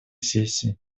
сессии